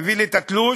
מביא לי את התלוש,